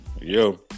Yo